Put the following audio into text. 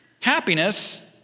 Happiness